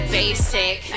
basic